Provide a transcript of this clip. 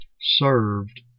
served